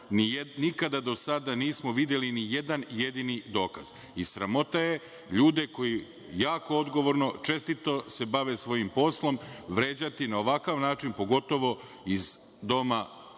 nikada do sada nismo videli ni jedan jedini dokaz. Sramota je ljude koji jako odgovorno, čestito se bave svojim poslom vređati na ovakav način, pogotovo iz doma